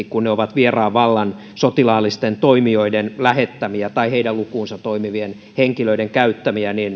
kun ne ovat vieraan vallan sotilaallisten toimijoiden lähettämiä tai heidän lukuunsa toimivien henkilöiden käyttämiä